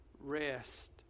rest